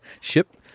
Ship-